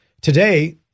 today